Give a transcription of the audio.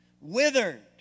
withered